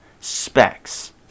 specs